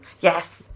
Yes